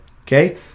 Okay